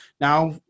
now